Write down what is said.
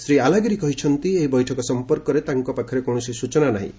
ଶ୍ରୀ ଆଲାଗିରି କହିଛନ୍ତି ଏହି ବୈଠକ ସମ୍ପର୍କରେ ତାଙ୍କ ପାଖରେ କୌଣସି ସ୍ବଚନା ନାହିଁ